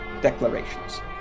declarations